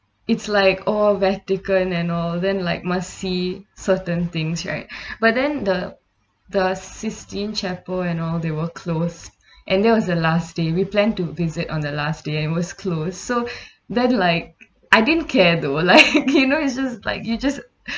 it's like oh vatican and all then like must see certain things right but then the the sistine chapel and all they were closed and that was the last day we planned to visit on the last day and it was closed so then like I didn't care though like you know you just like you just